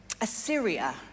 Assyria